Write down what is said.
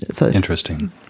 Interesting